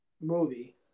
movie